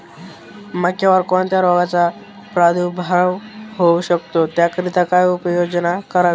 मक्यावर कोणत्या रोगाचा प्रादुर्भाव होऊ शकतो? त्याकरिता काय उपाययोजना करावी?